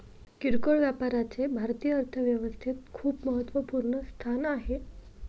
किरकोळ व्यापाराचे भारतीय अर्थव्यवस्थेत खूप महत्वपूर्ण स्थान आहे